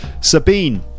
Sabine